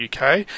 UK